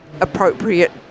appropriate